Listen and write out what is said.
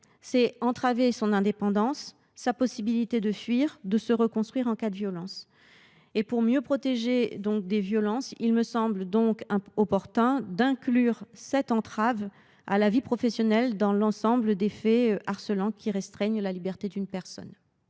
c’est entraver son indépendance, sa possibilité de fuir, et de se reconstruire en cas de violence. Pour mieux protéger les victimes des violences, il me semble donc opportun d’inclure l’entrave à la vie professionnelle dans l’ensemble des faits harcelants qui restreignent leur liberté. Quel est